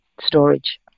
storage